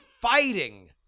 fighting